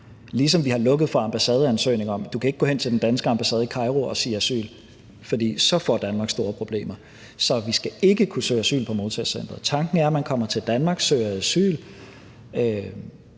ligesom vi har lukket for ambassadeansøgninger. Du kan ikke gå hen til den danske ambassade i Kairo og sige: Asyl. Hvis det var sådan, ville Danmark få store problemer. Så man skal ikke kunne søge om asyl på modtagecenteret. Tanken er, at man kommer til Danmark, søger asyl,